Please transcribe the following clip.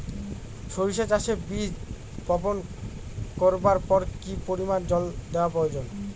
সরিষা চাষে বীজ বপন করবার পর কি পরিমাণ জল দেওয়া প্রয়োজন?